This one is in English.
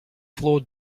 floor